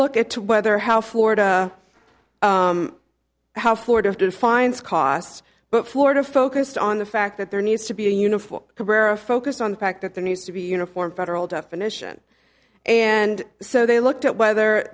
look at whether how florida how florida defines costs but florida focused on the fact that there needs to be a uniform cabrera focus on the fact that there needs to be uniform federal definition and so they looked at whether